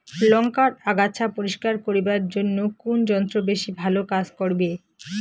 লংকার আগাছা পরিস্কার করিবার জইন্যে কুন যন্ত্র বেশি ভালো কাজ করিবে?